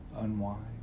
unwind